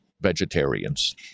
vegetarians